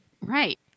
right